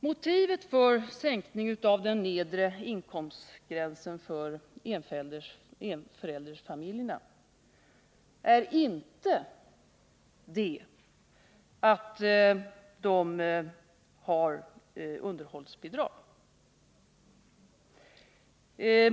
Motivet för sänkning av den nedre inkomstgränsen för enföräldersfamiljerna är inte att dessa familjer har underhållsbidrag.